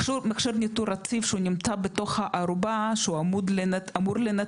מכשיר ניטור רציף שנמצא בתוך הארובה שהוא אמור לנטר,